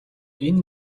энэ